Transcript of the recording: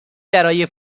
برای